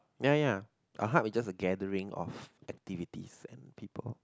ya ya a hub is just a gathering of activities and people